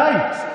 די.